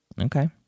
Okay